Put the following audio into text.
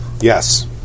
Yes